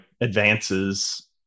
advances